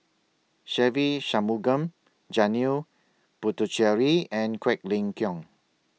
Se Ve Shanmugam Janil Puthucheary and Quek Ling Kiong